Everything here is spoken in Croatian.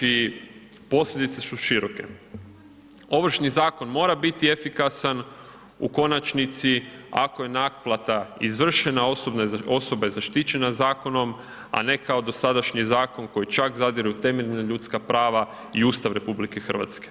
Znači posljedice su široke. ovršni zakon mora biti efikasan u konačnici, ako je naplata izvršena, osoba je zaštićena zakonom a ne kao dosadašnji zakon koji čak zadire u temeljna ljudska prava i Ustav RH.